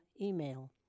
email